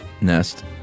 nest